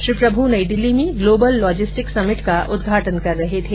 श्री प्रभु नई दिल्ली में global logistic summit का उदघाटन कर रहे थे